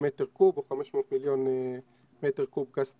מטר קוב, או 500 מיליון מטר קוב גז טבעי.